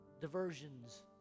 diversions